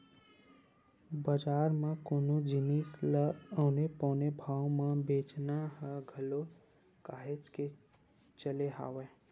बजार म कोनो जिनिस ल औने पौने भाव म बेंचना ह घलो काहेच के चले हवय